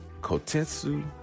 Kotetsu